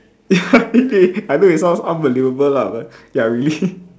ya eh I know it sounds unbelievable lah but ya really